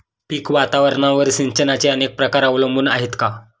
पीक वातावरणावर सिंचनाचे अनेक प्रकार अवलंबून आहेत का?